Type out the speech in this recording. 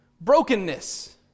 Brokenness